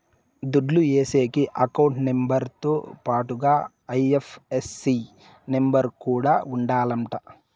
దుడ్లు ఏసేకి account number తో పాటుగా ఐ.ఎఫ్.ఎస్.సి నెంబర్ కూడా ఉండాలంట